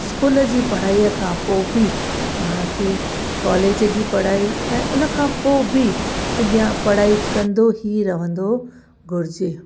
school जी पढ़ाईअ खां पोइ बि पाण खे कॉलेज जी पढ़ाई ऐं उनखां पोइ बि अॻियां पढ़ाई कंदो ई रहंदो घुरिजे